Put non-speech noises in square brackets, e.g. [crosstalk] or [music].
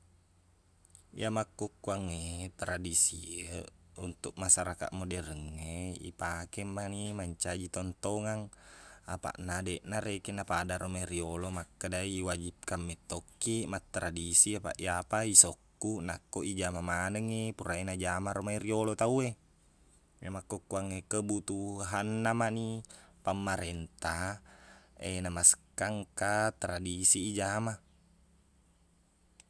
Iya makkukkuang e tradisi e untuk masyarakat moderengnge, ipake mani mancaji tontongan. Apaqna, deqna rekeng napadamei riyolo makkedai iwajibkan mettokkiq mattradisi, apaq iyapa isokkuq nakko ijama manengngi pura e najama romaei riyolo tauwe. Iye makkukkuangnge, kebutuhangna mani pammarenta [hesitation] namasekkang engka tradisi ijama.